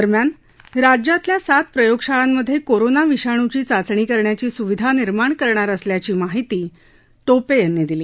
दरम्यान राज्यातल्या सात प्रयोगशाळांमध्ये कोरोना विषाणूची चाचणी करण्याची सुविधा निर्माण करणार असल्याची माहिती टोपे यांनी दिली